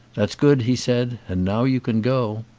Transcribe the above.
that's good, he said. and now you can go.